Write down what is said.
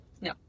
no